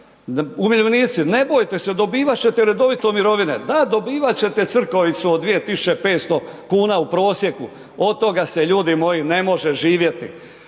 umirovljenici ne bojte se, dobivat ćete redovito mirovine, da dobivat ćete crkavicu od 2.500,00 kn u prosjeku, od toga se ljudi moji ne može živjeti,